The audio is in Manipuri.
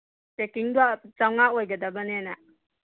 ꯄꯦꯀꯤꯡꯗꯣ ꯆꯧꯉꯥ ꯑꯣꯏꯒꯗꯕꯅꯦꯅ